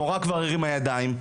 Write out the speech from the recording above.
המורה כבר הרימה ידיים,